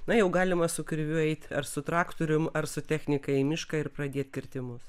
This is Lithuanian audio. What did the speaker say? na jau galima su kirviu eit ar su traktorium ar su technika į mišką ir pradėt kirtimus